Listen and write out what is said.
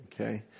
Okay